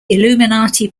illuminati